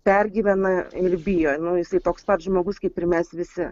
pergyvena ir bijo nu jisai toks pat žmogus kaip ir mes visi